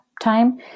time